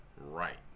Right